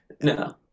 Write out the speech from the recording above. No